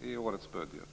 i årets budget?